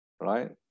right